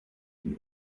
die